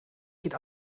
geht